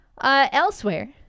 Elsewhere